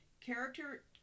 character